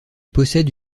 possède